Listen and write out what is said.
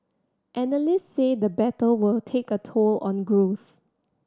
analysts say the battle will take a toll on growth